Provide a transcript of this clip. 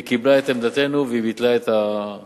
היא קיבלה את עמדתנו והיא ביטלה את העמלה.